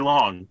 Long